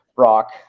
Rock